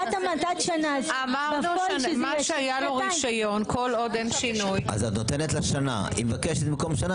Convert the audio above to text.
כל עוד אין שינוי- -- היא מבקשת במקום שנה